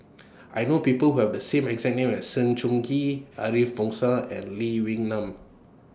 I know People Who Have The same exact name as Sng Choon Kee Ariff Bongso and Lee Wee Nam